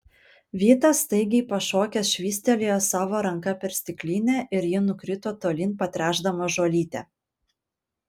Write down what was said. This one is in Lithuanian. vytas staigiai pašokęs švystelėjo savo ranka per stiklinę ir ji nukrito tolyn patręšdama žolytę